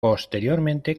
posteriormente